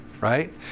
Right